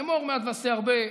אמור מעט ועשה הרבה,